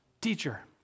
teacher